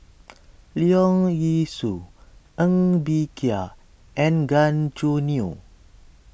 Leong Yee Soo Ng Bee Kia and Gan Choo Neo